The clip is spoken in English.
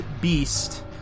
beast